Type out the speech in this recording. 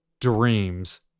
Dreams